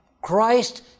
Christ